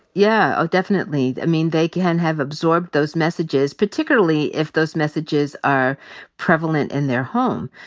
yeah. oh, definitely. i mean, they can have absorbed those messages, particularly if those messages are prevalent in their home.